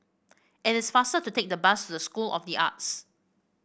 it is faster to take the bus to School of the Arts